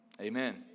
Amen